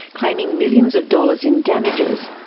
claiming millions of dollars in damages.